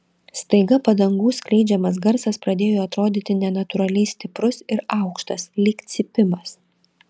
staiga padangų skleidžiamas garsas pradėjo atrodyti nenatūraliai stiprus ir aukštas lyg cypimas